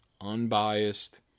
unbiased